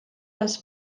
les